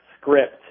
script